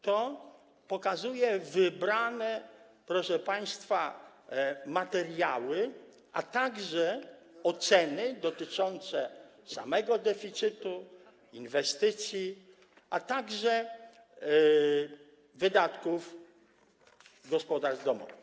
To pokazują wybrane, proszę państwa, materiały oraz oceny dotyczące samego deficytu, inwestycji, a także wydatków gospodarstw domowych.